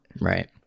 Right